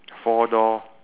four door